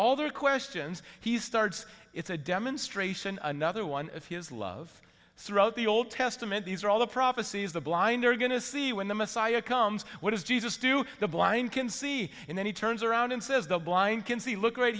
all the questions he starts it's a demonstration another one of his love throughout the old testament these are all the prophecies the blind they're going to see when the messiah comes what does jesus do the blind can see and then he turns around and says the blind can see look right